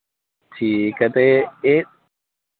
ठीक ऐ ते एह्